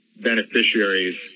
beneficiaries